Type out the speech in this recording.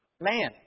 man